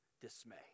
dismay